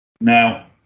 Now